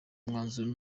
umwanzuro